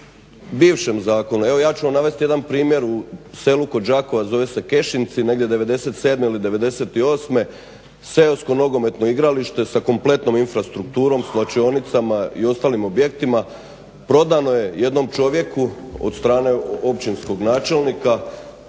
bivšem zakonu evo ja ću vam navesti jedan primjer u selu kod Đakova, zovu se Kešinci negdje '97. Ili '98.seosko nogometno igralište sa kompletnom infrastrukturom, svlačionicama i ostalim objektima prodano je jednom čovjeku od strane općinskog načelnika